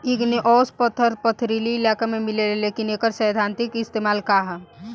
Igneous पत्थर पथरीली इलाका में मिलेला लेकिन एकर सैद्धांतिक इस्तेमाल का ह?